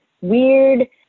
weird